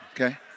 okay